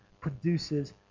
produces